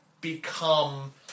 become